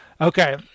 Okay